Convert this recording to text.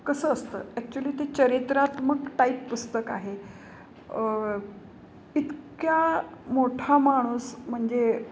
कसं असतं ॲक्च्युली ते चरित्रात्मक टाईप पुस्तक आहे इतक्या मोठा माणूस म्हणजे